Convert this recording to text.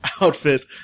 outfit